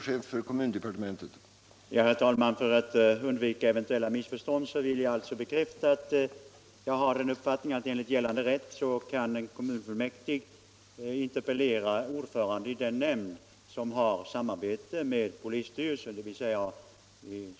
Herr talman! För att undvika eventuella missförstånd vill jag alltså bekräfta att jag har den uppfattningen, att enligt gällande rätt kan kommunfullmäktig interpellera ordföranden i den nämnd som har samarbete med polisstyrelsen.